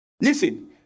Listen